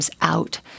out